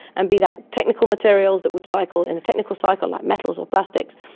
and be that technical materials that would cycle in the technical cycle like metals or plastics,